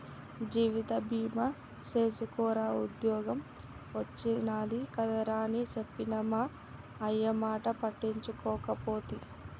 జీవిత బీమ సేసుకోరా ఉద్ద్యోగం ఒచ్చినాది కదరా అని చెప్పిన మా అయ్యమాట పట్టించుకోకపోతి